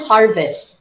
Harvest